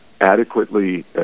adequately